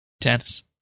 Tennis